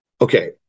Okay